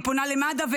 היא פונה למד"א,